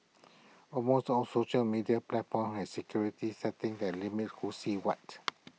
almost all social media platforms have security settings that limit who sees what